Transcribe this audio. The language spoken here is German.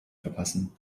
verpassen